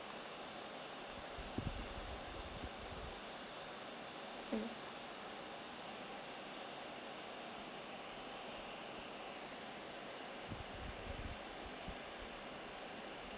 hmm